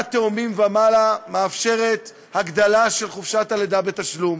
לידת תאומים ומעלה מאפשרת הגדלה של חופשת הלידה בתשלום,